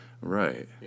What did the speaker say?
Right